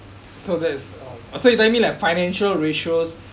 so that is uh so you telling me like financial ratios